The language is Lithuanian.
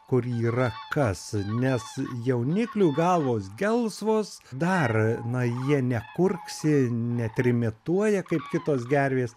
kur yra kas nes jauniklių galvos gelsvos dar na jie nekurksi netrimituoja kaip kitos gervės